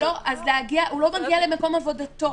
אז הוא לא מגיע למקום עבודתו.